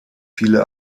viele